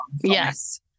Yes